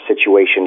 situations